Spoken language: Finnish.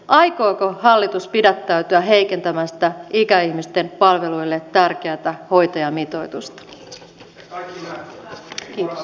aikooko hallitus pidättäytyä heikentämästä ikäihmisten outi alanko kahiluoto luki välikysymystekstin